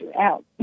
out